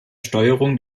steuerung